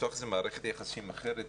לפתוח איזה מערכת יחסים אחרת,